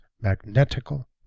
magnetical